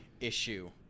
issue